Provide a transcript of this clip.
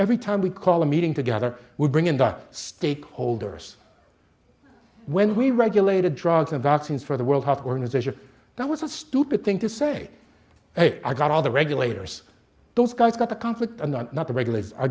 every time we call a meeting together we bring into stakeholders when we regulated drugs and vaccines for the world health organization that was a stupid thing to say hey i got all the regulators those guys got the conflict not the regulators